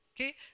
Okay